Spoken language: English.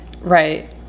right